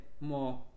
more